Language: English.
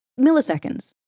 milliseconds